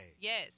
Yes